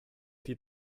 die